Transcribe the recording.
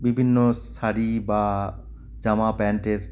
বিভিন্ন শাড়ি বা জামা প্যান্টের